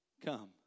come